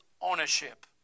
ownership